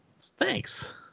Thanks